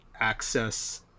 access